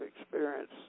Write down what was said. experience